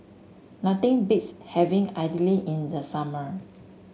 nothing beats having idly in the summer